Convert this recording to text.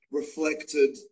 reflected